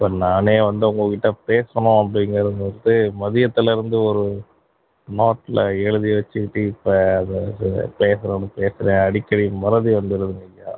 இப்போ நான் வந்து உங்கள் கிட்ட பேசணும் அப்படிங்கறது வந்து மதியத்துலிருந்து ஒரு நோட்டில் எழுதி வச்சுக்கிட்டு இப்போ பேசணும்னு பேசுகிறேன் அடிக்கடி மறதி வந்துருதுங்கைய்யா